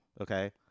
okay